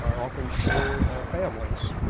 often shared families.